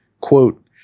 quote